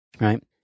right